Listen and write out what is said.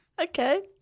Okay